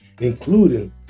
including